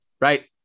right